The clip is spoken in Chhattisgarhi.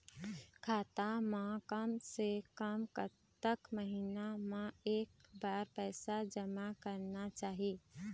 खाता मा कम से कम कतक महीना मा एक बार पैसा जमा करना चाही?